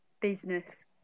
business